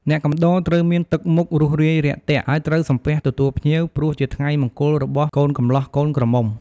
អ្នកកំដរត្រូវមានទឹកមុខរួសរាយរាក់ទាក់ ហើយត្រូវសំពះទទួលភ្ញៀវ ព្រោះជាថ្ងៃមង្គលរបស់កូនកម្លោះកូនក្រមុំ ។